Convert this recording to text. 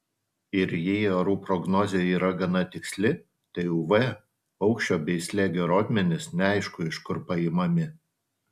ir jei orų prognozė yra gana tiksli tai uv aukščio bei slėgio rodmenys neaišku iš kur paimami